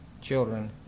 children